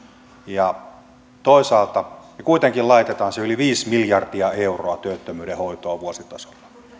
ja toisaalta me kuitenkin laitamme sen yli viisi miljardia euroa työttömyyden hoitoon vuositasolla niin